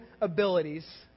abilities